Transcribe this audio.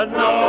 no